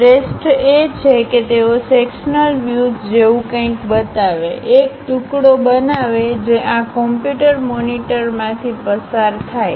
શ્રેષ્ઠ એ છે કે તેઓ સેક્શનલ વ્યુઝજેવુ કંઈક બતાવે એક ટુકડો બનાવે જે આ કમ્પ્યુટર મોનિટરમાંથી પસાર થાય